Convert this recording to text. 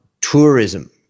tourism